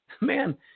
man